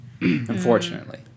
unfortunately